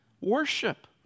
Worship